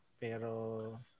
Pero